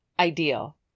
Ideal